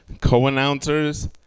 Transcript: co-announcers